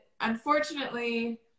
unfortunately